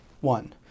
One